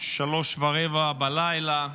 03:15 בלילה,